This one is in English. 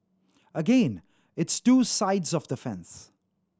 again it's two sides of the fence